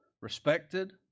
respected